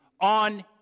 on